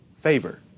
Favor